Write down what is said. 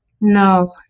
no